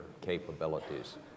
capabilities